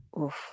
Oof